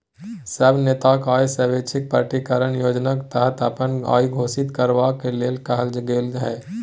सब नेताकेँ आय स्वैच्छिक प्रकटीकरण योजनाक तहत अपन आइ घोषित करबाक लेल कहल गेल छै